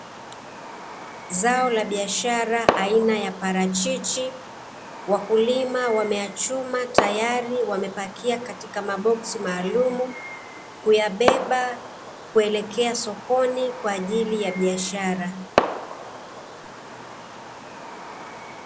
Zao la biashara aina ya parachichi. Wakulima wameyachuma tayari wamepakia katika maboksi maalumu, kuyabeba kuelekea sokoni kwa ajili ya biashara.